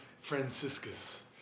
Franciscus